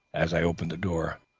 as i opened the door.